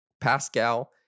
Pascal